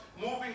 moving